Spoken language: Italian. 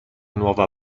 nuova